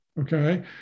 Okay